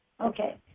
Okay